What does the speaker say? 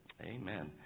Amen